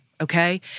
Okay